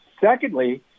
Secondly